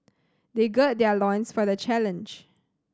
they gird their loins for the challenge